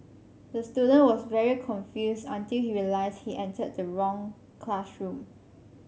the student was very confused until he realised he entered the wrong classroom